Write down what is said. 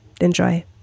Enjoy